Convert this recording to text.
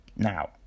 Now